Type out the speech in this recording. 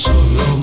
Solo